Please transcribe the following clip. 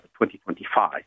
2025